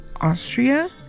austria